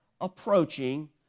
approaching